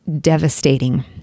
devastating